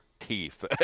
teeth